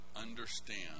understand